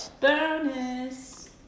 Bonus